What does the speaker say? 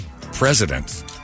presidents